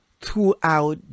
throughout